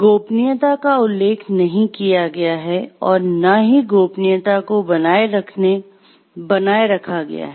गोपनीयता का उल्लेख नहीं किया गया है और ना ही गोपनीयता को बनाए रखा गया है